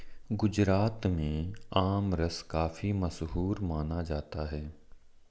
गुजरात में आमरस काफी मशहूर माना जाता है